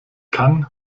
kann